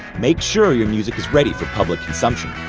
make sure your music is ready for public consumption.